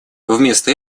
вместо